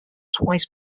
twice